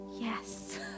Yes